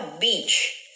beach